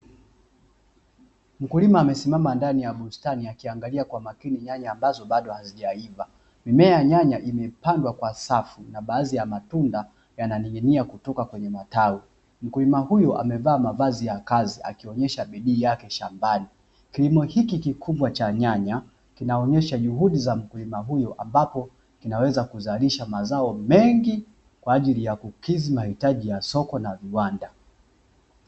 Mkulima amesimama ndani ya bustani akiangalia kwa makini nyanya ambazo hazijaiva. Mimea ya nyanya imepandwa kwa safu na baadhi ya matunda yananing'inia kutoka kwenye matawi. Mkulima huyu amevaa mavazi yake ya kazi, akionyesha bidii yake shambani. Kilimo hiki kikubwa cha nyanya kinaonyesha juhudi za mkulima huyu, ambapo zinaweza kuzalisha mazao mengi, kwa ajili ya kukidhi mahitaji ya soko na viwanda.